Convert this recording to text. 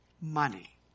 money